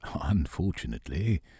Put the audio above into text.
Unfortunately